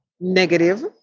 negative